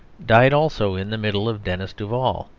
died also in the middle of denis duval.